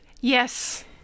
Yes